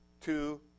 two